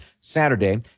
Saturday